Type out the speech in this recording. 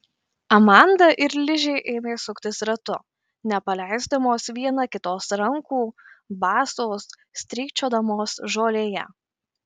amanda ir ližė ėmė suktis ratu nepaleisdamos viena kitos rankų basos strykčiodamos žolėje